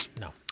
No